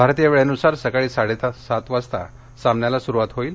भारतीय वेळेनुसार सकाळी साडेसात वाजता सामन्याला सुरुवात होईल